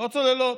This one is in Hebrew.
לא צוללות.